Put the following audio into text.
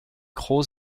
cros